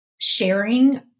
sharing